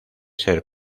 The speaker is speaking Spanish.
ser